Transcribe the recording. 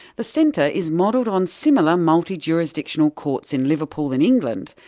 the centre is modelled on similar multi-jurisdictional courts in liverpool, in england,